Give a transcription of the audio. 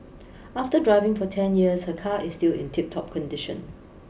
after driving for ten years her car is still in tip top condition